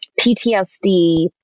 PTSD